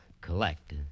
Collect